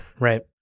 Right